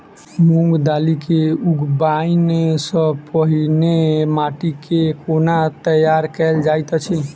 मूंग दालि केँ उगबाई सँ पहिने माटि केँ कोना तैयार कैल जाइत अछि?